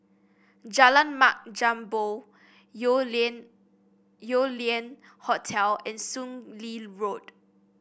Jalan Mat Jambol Yew Lian Yew Lian Hotel and Soon Lee Road